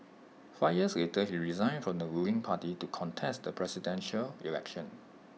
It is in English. five years later he resigned from the ruling party to contest the Presidential Election